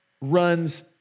runs